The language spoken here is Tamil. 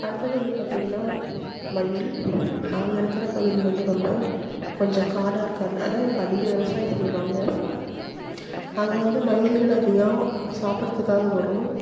அடுத்தது வந்து பார்த்திங்கன்னா மயில் நாங்கள் இருக்கிற பகுதி வந்து ரொம்ப கொஞ்சம் காடாக இருக்கறதுனால இங்கே அதிகம் விவசாயம் செய்வாங்க அங்கே வந்து மயில்கள் அதிகம் சாப்பிட்றத்துக்காக வரும்